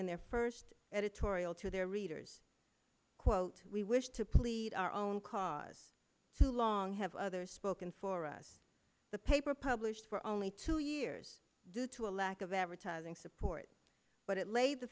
in their first editorial to their readers quote we wish to plead our own cause to long have others spoken for us the paper published for only two years due to a lack of advertising support but it laid the